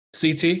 CT